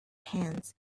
hands